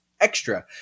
Extra